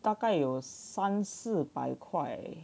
大概有三四百块